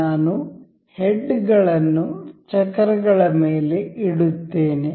ನಾನು ಹೆಡ್ ಗಳನ್ನು ಚಕ್ರಗಳ ಮೇಲೆ ಇಡುತ್ತೇನೆ